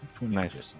Nice